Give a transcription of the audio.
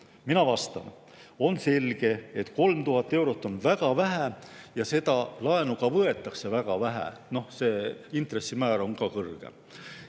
Mina vastan. On selge, et 3000 eurot on väga vähe ja seda laenu ka võetakse väga vähe. Intressimäär on ka kõrge.